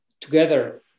together